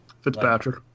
Fitzpatrick